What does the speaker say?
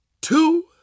two